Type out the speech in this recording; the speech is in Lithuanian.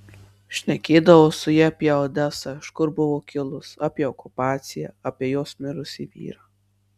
šnekėdavau su ja apie odesą iš kur buvo kilus apie okupaciją apie jos mirusį vyrą